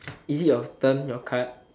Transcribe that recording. is it you turn your card